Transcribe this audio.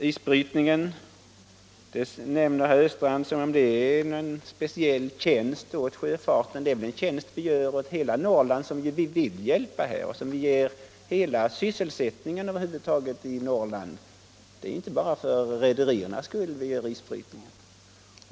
Isbrytningen nämner herr Östrand som om det vore en unik tjänst åt sjöfarten. Det är väl en tjänst åt hela Norrland — åt sysselsättningen där. Det är inte bara för rederiernas skull som vi utför isbrytning.